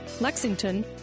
Lexington